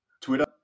Twitter